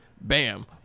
Bam